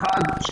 אחד,